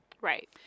Right